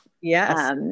Yes